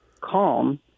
calm